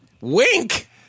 Wink